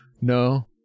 No